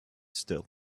still